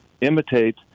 imitate